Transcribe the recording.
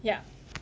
yeah